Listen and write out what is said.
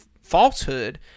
falsehood